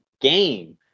game